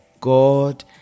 god